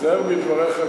תיזהר בדבריך,